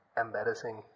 embarrassing